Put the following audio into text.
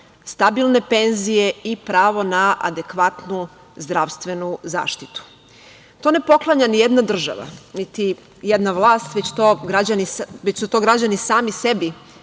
stabilne penzije i pravo na adekvatnu zdravstvenu zaštitu. To ne poklanja nijedna država, niti jedna vlast, već su to građani sami sebi